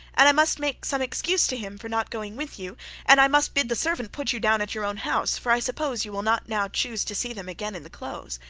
and i must make some excuse to him for not going with you and i must bid the servant put you down at your own house, for i suppose you will not now choose to see them again in the close